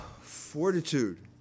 Fortitude